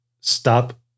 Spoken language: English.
stop